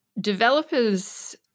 developers